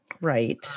Right